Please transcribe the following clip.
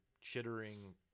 chittering